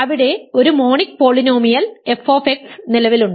അവിടെ ഒരു monic polynomial f നിലവിലുണ്ട്